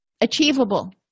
Achievable